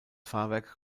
fahrwerk